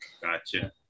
Gotcha